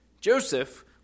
Joseph